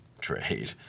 trade